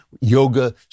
yoga